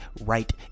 right